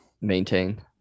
maintain